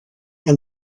and